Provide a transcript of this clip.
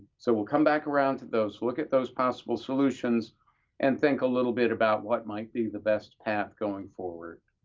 so we'll come back around to those. we'll look at those possible solutions and think a little bit about what might be the best path going forward.